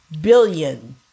billion